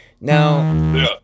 Now